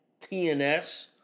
TNS